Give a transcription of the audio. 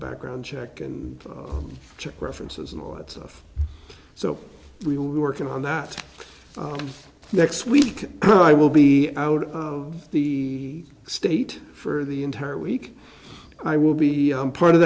background check and check references and all that stuff so we were going on that next week i will be out of the state for the entire week i will be part of